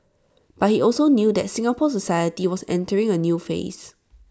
but he also knew that Singapore society was entering A new phase